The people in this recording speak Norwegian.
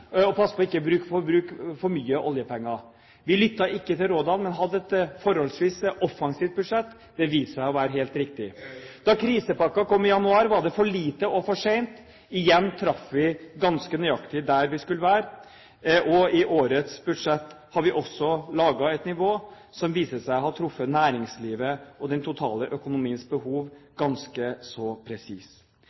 og passe på og ikke bruke for mye oljepenger. Vi lyttet ikke til rådene, men hadde et forholdsvis offensivt budsjett. Det viste seg å være helt riktig. Da krisepakken kom i januar, var det «for lite» og «for sent». Igjen traff vi ganske nøyaktig der vi skulle være. I årets budsjett har vi også laget et nivå som viser seg å ha truffet næringslivet og den totale økonomiens behov ganske så